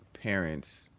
parents